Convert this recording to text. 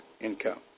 income